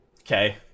Okay